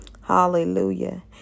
Hallelujah